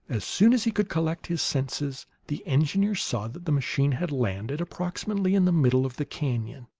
as soon as he could collect his senses, the engineer saw that the machine had landed approximately in the middle of the canon,